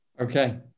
Okay